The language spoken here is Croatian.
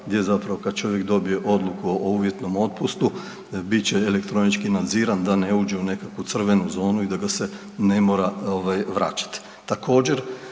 gdje zapravo kad čovjek dobije odluku o uvjetnom otpustu bit će elektronički nadziran da ne uđe u nekakvu crvenu zonu i da ga se ne mora ovaj vraćati.